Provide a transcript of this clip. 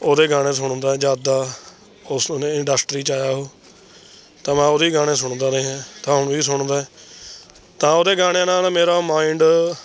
ਉਹਦੇ ਗਾਣੇ ਸੁਣਦਾ ਜਦ ਦਾ ਉਸ ਉਹਨੇ ਇੰਡਸਟਰੀ 'ਚ ਆਇਆ ਉਹ ਤਾਂ ਮੈਂ ਉਹਦੇ ਹੀ ਗਾਣੇ ਸੁਣਦਾ ਰਿਹਾ ਤਾਂ ਹੁਣ ਵੀ ਸੁਣਦਾ ਹੈ ਤਾਂ ਉਹਦੇ ਗਾਣਿਆਂ ਨਾਲ ਮੇਰਾ ਮਾਇੰਡ